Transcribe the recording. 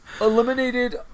eliminated